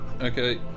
okay